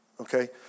Okay